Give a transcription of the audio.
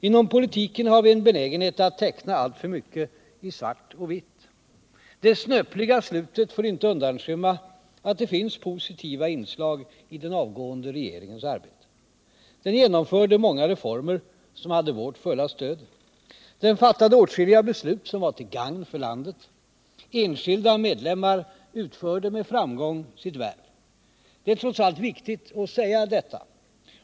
Inom politiken har vi en benägenhet att teckna alltför mycket i svart och vitt. Det snöpliga slutet får inte undanskymma att det finns positiva inslag i den avgående regeringens arbete. Den genomförde många reformer som hade vårt fulla stöd. Den fattade åtskilliga beslut som var till gagn för landet. Enskilda medlemmar utförde med framgång sitt värv. Det är trots allt viktigt att säga detta.